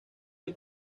del